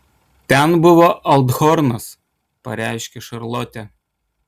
ten buvo althornas pareiškė šarlotė